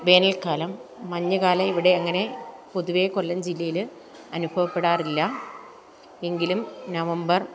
വേനൽക്കാലം മഞ്ഞുകാലം ഇവിടെ അങ്ങനെ പൊതുവേ കൊല്ലം ജില്ലയിൽ അനുഭവപ്പെടാറില്ല എങ്കിലും നവംബർ